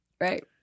Right